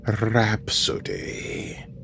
Rhapsody